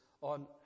on